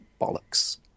bollocks